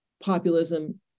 populism